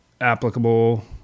applicable